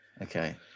okay